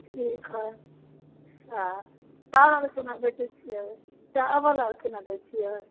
ठीक हइ आओर चाउर आओर कोना बेचै छिए चावल आओर कोना दै छिए